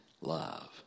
love